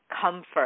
comfort